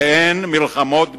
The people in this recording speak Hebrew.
אין מלחמות בינינו.